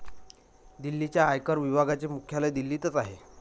दिल्लीच्या आयकर विभागाचे मुख्यालय दिल्लीतच आहे